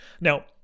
Now